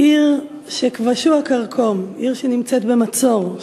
"עיר שכבשוה כרקום" עיר שנמצאת במצור,